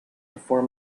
before